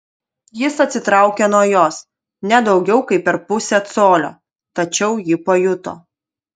jis atsitraukė nuo jos ne daugiau kaip per pusę colio tačiau ji pajuto